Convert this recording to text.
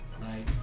right